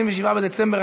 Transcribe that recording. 27 בדצמבר,